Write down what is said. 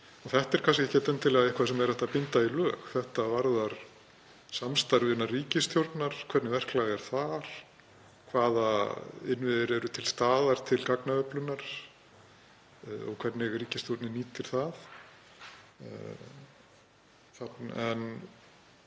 Þetta er kannski ekkert endilega eitthvað sem hægt er að binda í lög. Þetta varðar samstarfið innan ríkisstjórnar, hvernig verklag er þar, hvaða innviðir eru til staðar til gagnaöflunar og hvernig ríkisstjórnin nýtir það. Að